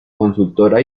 consultora